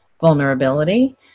vulnerability